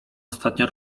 ostatnio